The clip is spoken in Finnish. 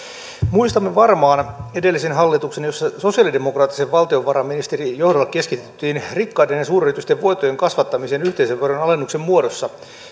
muistamme varmaan edellisen hallituksen jossa sosialidemokraattisen valtiovarainministerin johdolla keskityttiin rikkaiden ja suuryritysten voittojen kasvattamiseen yhteisöveron alennuksen muodossa